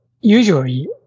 usually